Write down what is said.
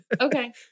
Okay